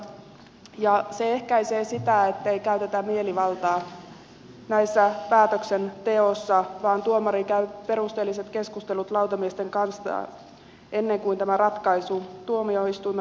heillä on paikallistuntemusta ja se ehkäisee sitä ettei käytetä mielivaltaa päätöksenteossa vaan tuomari käy perusteelliset keskustelut lautamiesten kanssa ennen kuin tämä tuomioistuimen ratkaisu syntyy